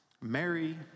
mary